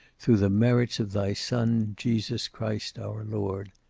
through the merits of thy son, jesus christ our lord,